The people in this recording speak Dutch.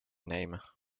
nemen